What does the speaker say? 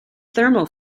thermal